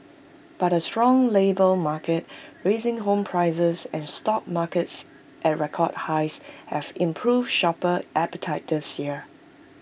but A strong labour market rising home prices and stock markets at record highs have improved shopper appetite this year